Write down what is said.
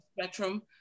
spectrum